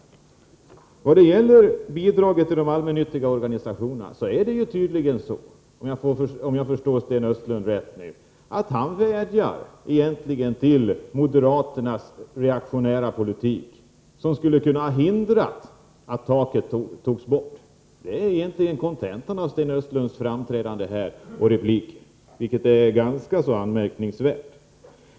Om jag förstår Sten Östlund rätt beträffande bidraget till de allmännyttiga organisationerna, åberopar han egentligen moderaternas reaktionära politik, som skulle ha hindrat att taket togs bort. Detta är egentligen kontentan av Sten Östlunds framträdande här i dag, vilket är ganska anmärkningsvärt.